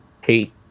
hate